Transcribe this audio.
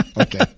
okay